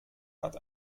hat